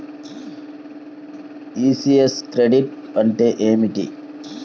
ECS credit అంటే ఏమిటి?